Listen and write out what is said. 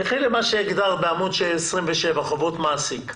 תלכי למה שגדרת בעמוד 27: חובות מעסיק.